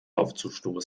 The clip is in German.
aufzustoßen